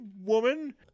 woman